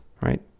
right